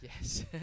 Yes